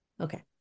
Okay